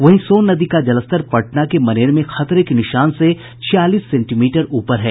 वहीं सोन नदी का जलस्तर पटना के मनेर में खतरे के निशान से छियालीस सेंटीमीटर ऊपर है